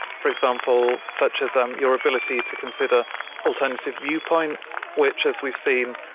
for example, such as um your ability to consider alternative viewpoints which, as we've seen,